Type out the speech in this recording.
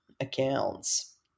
accounts